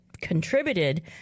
contributed